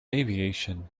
aviation